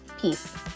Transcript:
Peace